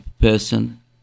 person